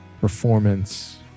performance